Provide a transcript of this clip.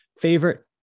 Favorite